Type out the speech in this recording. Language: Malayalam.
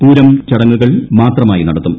പൂരം ചടങ്ങുകൾ മാത്രമായി നടത്തും